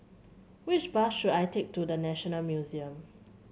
which bus should I take to The National Museum